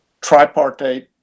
tripartite